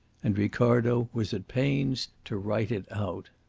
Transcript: and ricardo was at pains to write it out.